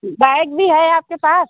bag भी है आपके पास